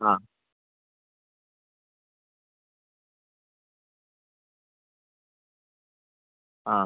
ആ ആ